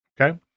Okay